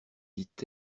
dit